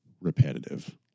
repetitive